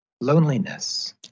Loneliness